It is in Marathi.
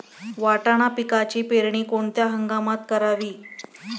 वाटाणा पिकाची पेरणी कोणत्या हंगामात करावी?